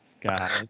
guys